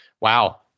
wow